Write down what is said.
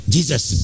Jesus